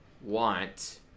want